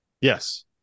yes